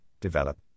develop